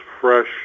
fresh